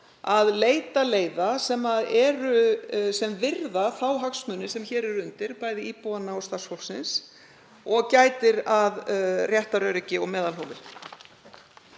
að leita leiða sem virða þá hagsmuni sem hér eru undir, bæði íbúanna og starfsfólksins, og gæta að réttaröryggi og meðalhófi.